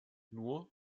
nur